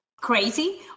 Crazy